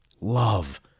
love